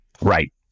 Right